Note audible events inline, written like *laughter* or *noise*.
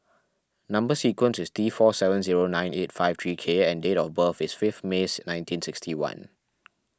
Number Sequence is T four seven zero nine eight five three K and date of birth is fifth May *unintelligible* nineteen sixty one